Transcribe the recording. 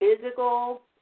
physical